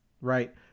right